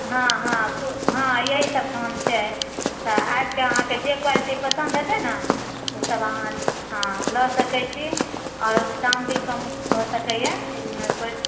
हँ हँ हँ हँ यही सब धान छै तऽ आबिके जे अहाँकेँ क्वालिटी पसन्द हेतय ने ओ सब हँ अहाँ लऽ सकै छी आओर दाम भी कम हो सकै यऽ इमे कोनो